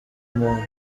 muntu